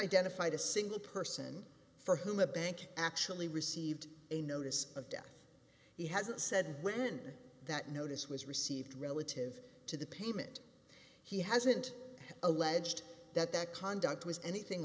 identified a single person for whom a bank actually received a notice of death he hasn't said when that notice was received relative to the payment he hasn't alleged that that conduct was anything